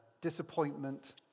Disappointment